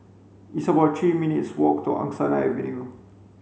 it's about three minutes' walk to Angsana Avenue